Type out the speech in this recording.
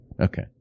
Okay